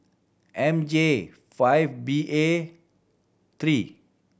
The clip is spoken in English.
M J five B A three